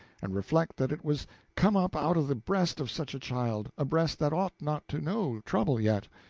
and reflect that it was come up out of the breast of such a child, a breast that ought not to know trouble yet,